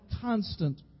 constant